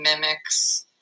mimics